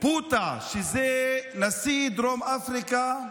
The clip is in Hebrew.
נשיא דרום אפריקה,